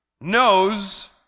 knows